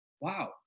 Wow